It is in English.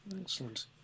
Excellent